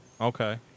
Okay